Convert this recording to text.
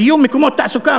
שיהיו מקומות תעסוקה,